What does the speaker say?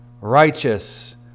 righteous